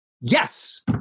yes